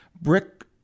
brick